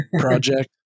project